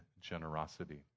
generosity